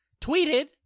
tweeted